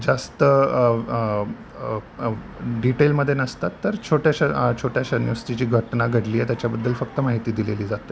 जास्त डिटेलमध्ये नसतात तर छोट्याशा छोट्याशा नुस्ती जी घटना घडली आहे त्याच्याबद्दल फक्त माहिती दिलेली जाते